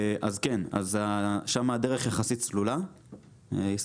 אז כן, שם הדרך יחסית סלולה ישראל.